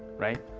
right?